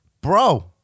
Bro